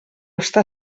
està